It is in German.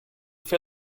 für